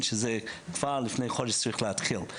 קמפיין שכבר לפני חודש היה צריך להתחיל.